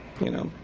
you know,